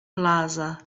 plaza